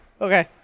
Okay